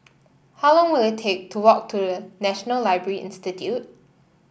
how long will it take to walk to National Library Institute